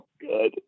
good